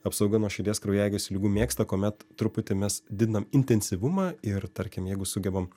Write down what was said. apsauga nuo širdies kraujagyslių ligų mėgsta kuomet truputį mes didinam intensyvumą ir tarkim jeigu sugebam